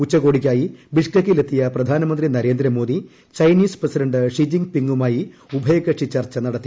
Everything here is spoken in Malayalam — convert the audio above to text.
ഉച്ചകോടിക്കായി ബിഷ്കെക്കിൽ എത്തിയ പ്രധാനമന്ത്രി നരേന്ദ്രമോദി ചൈനീസ് പ്രസിഡന്റ് ഷിജിൻ പിംഗുമായി ഉഭയകക്ഷി ചർച്ച നടത്തി